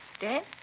Dead